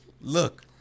look